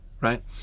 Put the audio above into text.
right